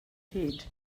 head